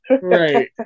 Right